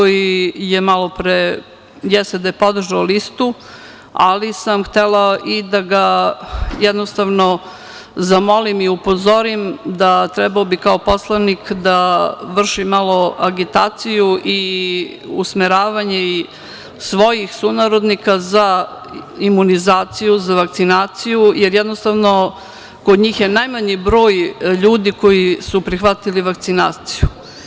Jeste da je podržao listu, ali sam htela da ga zamolim i upozorim da bi trebao kao poslanik da vrši malo agitaciju i usmeravanje svojih sunarodnika za imunizaciju, za vakcinaciju, jer, jednostavno, kod njih je najmanji broj ljudi koji su prihvatili vakcinaciju.